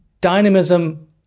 dynamism